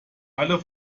alle